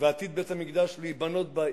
ועתיד בית-המקדש להיבנות בה,